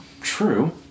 True